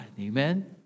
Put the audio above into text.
Amen